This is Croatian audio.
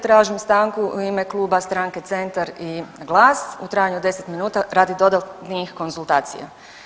Tražim stanku u ime Kluba stranke Centar i GLAS u trajanju od 10 minuta radi dodatnih konzultacija.